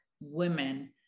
women